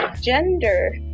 gender